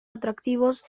atractivos